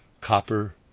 Copper